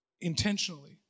intentionally